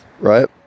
Right